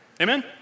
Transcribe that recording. amen